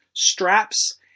straps